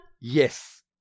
Yes